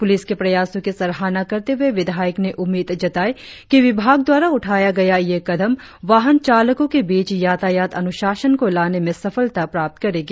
प्रलिस के प्रयासो की सराहना करते हुए विधायक ने उम्मीद जताई कि विभाग द्वारा उठाया गया यह कदम वाहन चालको के बीच यातायात अनुशासन को लाने में सफलता प्राप्त करेगी